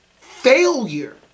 failure